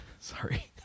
Sorry